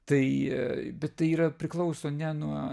tai bet tai yra priklauso ne nuo